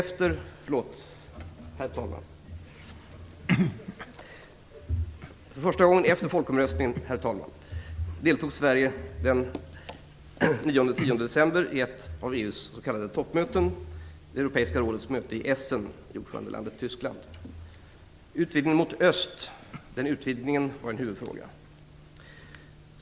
För första gången efter folkomröstningen deltog Sverige den 9-10 december i ett av EU:s s.k. toppmöten, Europeiska rådets möte i Essen i ordförandelandet Tyskland. Utvidgningen mot öst var en huvudfråga.